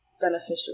beneficial